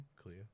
clear